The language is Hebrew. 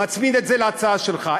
מצמיד את זה להצעה שלך.